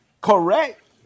correct